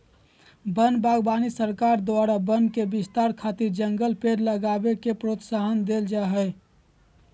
वन बागवानी सरकार द्वारा वन के विस्तार खातिर जंगली पेड़ लगावे के प्रोत्साहन देल जा हई